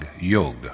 Yoga